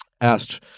asked